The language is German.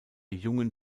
jungen